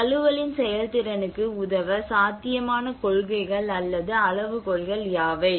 தழுவலின் செயல்திறனுக்கு உதவ சாத்தியமான கொள்கைகள் அல்லது அளவுகோல்கள் யாவை